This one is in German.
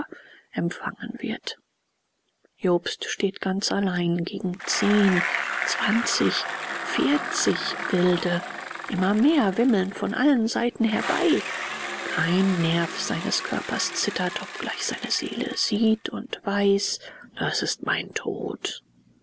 empfangen wird jobst steht ganz allein gegen zehn zwanzig vierzig wilde immer mehr wimmeln von allen seiten herbei kein nerv seines körpers zittert obgleich seine seele sieht und weiß das ist mein tod